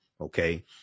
okay